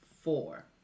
Four